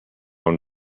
own